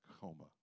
coma